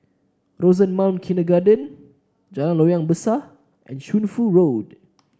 Rosemount Kindergarten Jalan Loyang Besar and Shunfu Road